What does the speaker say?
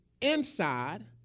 inside